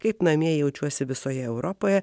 kaip namie jaučiuosi visoje europoje